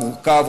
מורכב,